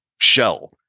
shell